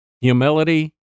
Humility